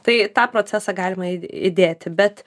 tai tą procesą galima įdėti bet